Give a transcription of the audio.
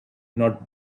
not